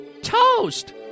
Toast